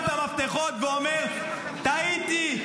את המפתחות ואומר -- מספיק ----- טעיתי,